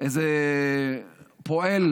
איזה פועל